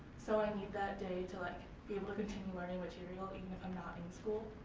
so i need that day to like be able to continue learning material, even if i'm not in school.